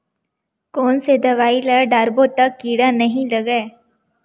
कोन से दवाई ल डारबो त कीड़ा नहीं लगय?